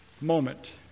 moment